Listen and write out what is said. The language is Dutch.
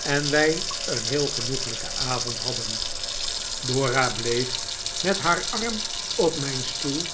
en wij een heel genoeglijken avond hadden dora bleef met haar arm op mijn stoel